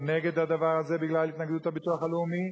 נגד הדבר בגלל התנגדות הביטוח הלאומי.